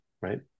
right